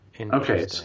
Okay